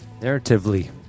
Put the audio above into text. narratively